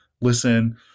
listen